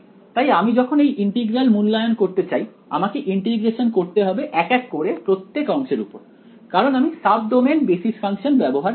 তাই আমি যখন এই ইন্টিগ্রাল মূল্যায়ন করতে চাই আমাকে ইন্টিগ্রেশন করতে হবে এক এক করে প্রত্যেক অংশের উপর কারণ আমি সাব ডোমেইন বেসিস ফাংশন ব্যবহার করছি